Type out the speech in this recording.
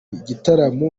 igitaramo